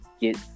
get